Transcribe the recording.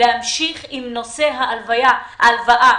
להמשיך עם נושא ההלוואה,